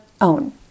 own